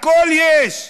הכול יש.